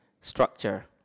structure